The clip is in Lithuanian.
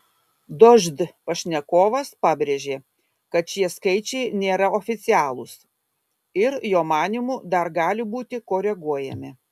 dožd pašnekovas pabrėžė kad šie skaičiai nėra oficialūs ir jo manymu dar gali būti koreguojami